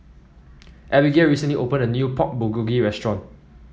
Abigale recently opened a new Pork Bulgogi Restaurant